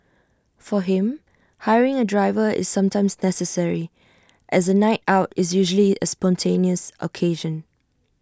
for him hiring A driver is sometimes necessary as A night out is usually A spontaneous occasion